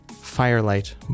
firelight